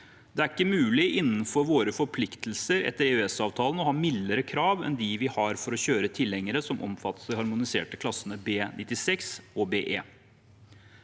Det er ikke mulig innenfor våre forpliktelser etter EØS-avtalen å ha mildere krav enn dem vi har for å kjøre tilhengere som omfattes av de harmoniserte klassene B96 og BE.